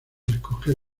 escoger